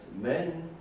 men